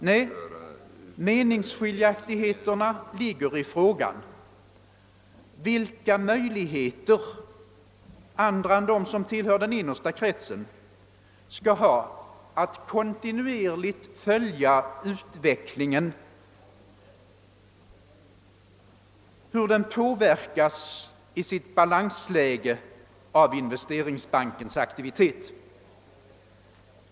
Nej, meningsskiljaktigheterna ligger i frågan: Vilka möjligheter skall andra än de som tillhör den innersta kretsen ha att kontinuerligt följa utvecklingen, följa hur balansläget påverkas av Investeringsbankens aktivitet?